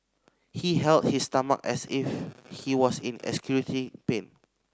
he held his stomach as if he was in excruciating pain